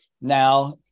Now